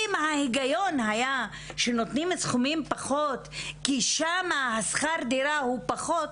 אם ההיגיון היה שנותנים פחות סכומים כי שם שכר הדירה הוא פחות,